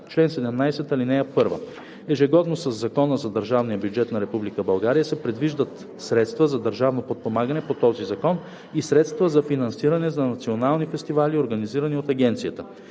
„Чл. 17. (1) Ежегодно със закона за държавния бюджет на Република България се предвиждат средства за държавно подпомагане по този закон и средства за финансиране на национални фестивали, организирани от агенцията.